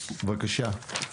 בבקשה.